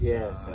Yes